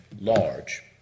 large